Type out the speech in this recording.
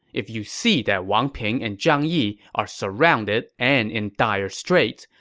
if you see that wang ping and zhang yi are surrounded and in dire straits,